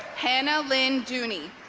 hannah lynn dunie